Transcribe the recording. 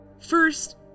First